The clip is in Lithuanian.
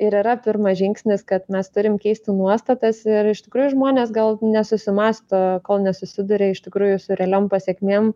ir yra pirmas žingsnis kad mes turim keisti nuostatas ir iš tikrųjų žmonės gal nesusimąsto kol nesusiduria iš tikrųjų su realiom pasekmėm